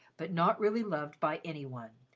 but not really loved by any one,